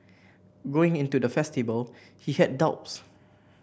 going into the festival he had doubts